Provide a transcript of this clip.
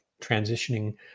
transitioning